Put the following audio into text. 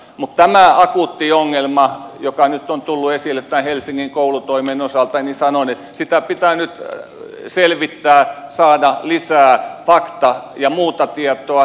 mutta tähän akuuttiin ongelmaan joka nyt on tullut esille tämän helsingin koulutoimen osalta sanon että sitä pitää nyt selvittää saada lisää fakta ja muuta tietoa